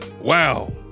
Wow